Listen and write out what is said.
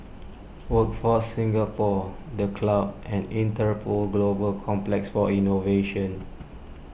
Workforce Singapore the Club and Interpol Global Complex for Innovation